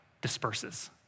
disperses